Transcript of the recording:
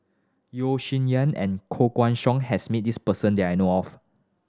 Yeo Shih Yun and Koh Guan Song has met this person that I know of